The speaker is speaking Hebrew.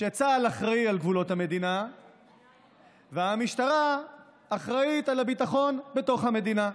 שצה"ל אחראי לגבולות המדינה והמשטרה אחראית לביטחון בתוך המדינה.